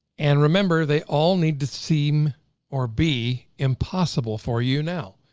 and remember they all need to seem or be impossible for you now.